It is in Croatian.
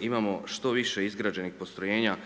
imamo što više izgrađenih postrojenja